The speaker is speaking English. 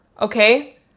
okay